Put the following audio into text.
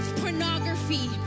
pornography